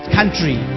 country